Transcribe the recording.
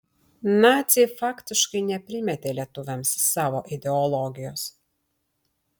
naciai faktiškai neprimetė lietuviams savo ideologijos